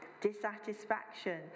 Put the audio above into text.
dissatisfaction